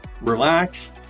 relax